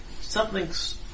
Something's